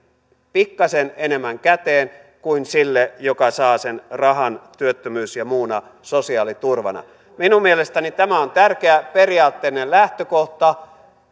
pikkasen enemmän käteen kuin sille joka saa sen rahan työttömyys ja muuna sosiaaliturvana minun mielestäni tämä on tärkeä periaatteellinen lähtökohta